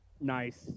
Nice